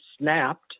snapped